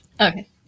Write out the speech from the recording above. okay